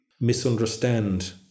misunderstand